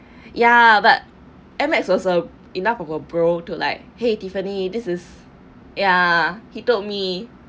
ya but M_X also enough of her bro to like !hey! tiffany this is ya he told me